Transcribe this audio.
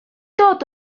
dod